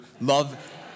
Love